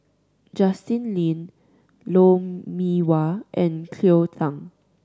Justin Lean Lou Mee Wah and Cleo Thang